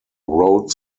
wrote